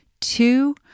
Two